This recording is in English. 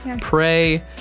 Pray